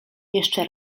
jeszcze